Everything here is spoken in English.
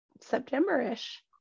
September-ish